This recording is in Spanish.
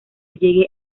llegue